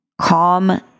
calm